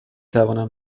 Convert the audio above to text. توانم